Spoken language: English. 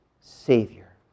Savior